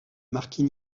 marquis